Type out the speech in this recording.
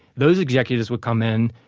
those executives would come in,